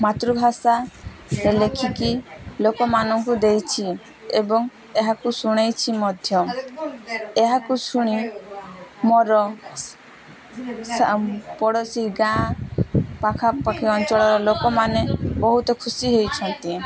ମାତୃଭାଷା ଲେଖିକି ଲୋକମାନଙ୍କୁ ଦେଇଛି ଏବଂ ଏହାକୁ ଶୁଣେଇଛି ମଧ୍ୟ ଏହାକୁ ଶୁଣି ମୋର ପଡ଼ୋଶୀ ଗାଁ ପାଖାପାଖି ଅଞ୍ଚଳର ଲୋକମାନେ ବହୁତ ଖୁସି ହେଇଛନ୍ତି